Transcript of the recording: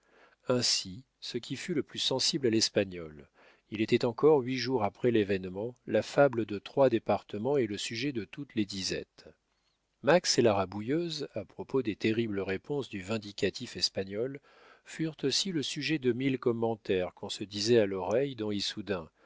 ainsi ce qui fut le plus sensible à l'espagnol il était encore huit jours après l'événement la fable de trois départements et le sujet de toutes les disettes max et la rabouilleuse à propos des terribles réponses du vindicatif espagnol furent aussi le sujet de mille commentaires qu'on se disait à l'oreille dans